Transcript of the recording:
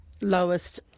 lowest